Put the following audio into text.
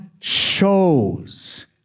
shows